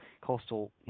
Coastal